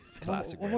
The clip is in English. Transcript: Classic